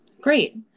Great